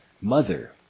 mother